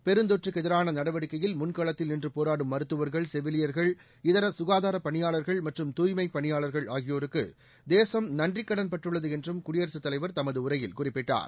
பெருந்தொற்றுக்கு எதிரான நடவடிக்கையில் முன்களத்தில் நின்று போராடும் மருத்துவர்கள் செவிலியர்கள் இதர சுகாதாரப் பணியாளர்கள் மற்றும் தூய்மைப் பணியாளர்கள் ஆகியோருக்கு தேசம் நன்றிக் கடன்பட்டுள்ளது என்றும் குடியரசுத் தலைவர் தனது உரையில் குறிப்பிட்டார்